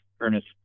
Ernest